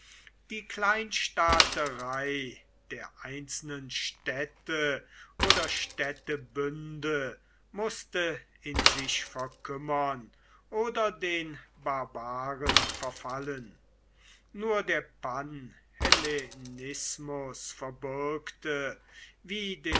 die kleinstaaterei der einzelnen städte oder städtebünde mußte in sich verkümmern oder den barbaren verfallen nur der panhellenismus verbürgte wie den